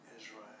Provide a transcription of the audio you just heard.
Israel